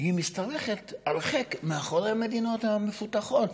משתרכת הרחק מאחורי המדינות המפותחות?